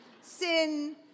sin